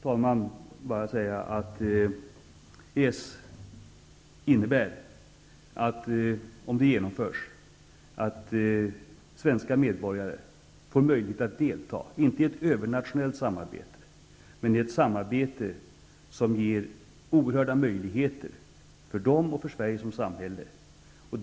Jag vill bara säga att EES-avtalet, om det genomförs, innebär att svenska medborgare får möjlighet att delta i ett samarbete -- inte i ett övernationellt samarbete -- som ger oerhörda möjligheter för oss och för Sverige som samhälle.